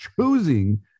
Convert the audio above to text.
choosing